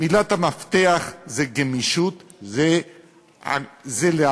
מילת המפתח היא גמישות, ולהביא